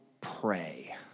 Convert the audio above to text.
pray